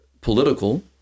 Political